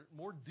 more